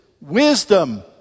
wisdom